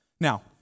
Now